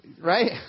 right